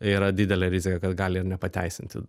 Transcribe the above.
yra didelė rizika kad gali ir nepateisinti